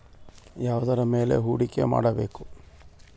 ಯಾವುದರ ಮೇಲೆ ಹೂಡಿಕೆ ಮಾಡಬೇಕು?